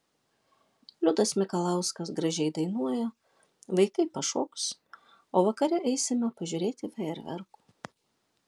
liudas mikalauskas gražiai dainuoja vaikai pašoks o vakare eisime pažiūrėti fejerverkų